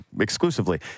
exclusively